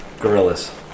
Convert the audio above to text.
gorillas